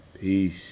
Peace